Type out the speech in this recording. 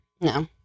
No